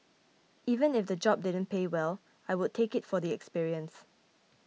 even if the job didn't pay well I would take it for the experience